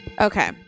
Okay